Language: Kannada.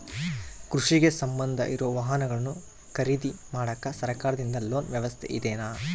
ಕೃಷಿಗೆ ಸಂಬಂಧ ಇರೊ ವಾಹನಗಳನ್ನು ಖರೇದಿ ಮಾಡಾಕ ಸರಕಾರದಿಂದ ಲೋನ್ ವ್ಯವಸ್ಥೆ ಇದೆನಾ?